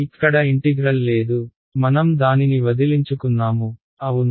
ఇక్కడ ఇంటిగ్రల్ లేదు మనం దానిని వదిలించుకున్నాము అవును